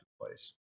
place